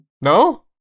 No